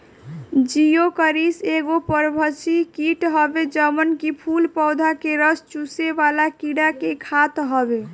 Geocoris एगो परभक्षी कीट हवे जवन की फूल पौधा के रस चुसेवाला कीड़ा के खात हवे